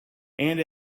and